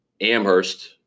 Amherst